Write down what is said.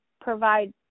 provide